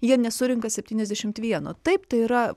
jie nesurenka septyniasdešimt vieno taip tai yra